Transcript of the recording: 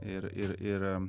ir ir ir